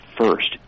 first